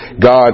God